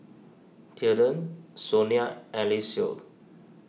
Tilden Sonia and Eliseo